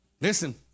Listen